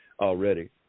already